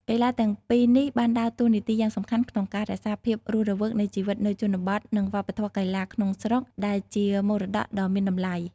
កីឡាទាំងពីរនេះបានដើរតួនាទីយ៉ាងសំខាន់ក្នុងការរក្សាភាពរស់រវើកនៃជីវិតនៅជនបទនិងវប្បធម៌កីឡាក្នុងស្រុកដែលជាមរតកដ៏មានតម្លៃ។